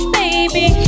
baby